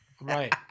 Right